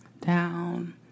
down